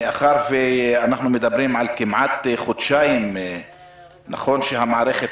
מאחר ואנחנו מדברים על כמעט חודשיים נכון שהמערכת